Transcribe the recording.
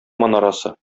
манарасы